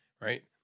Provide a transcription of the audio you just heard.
Right